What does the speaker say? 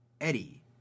Eddie